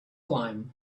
climb